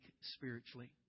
spiritually